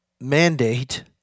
mandate